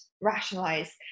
rationalize